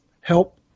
help